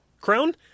crown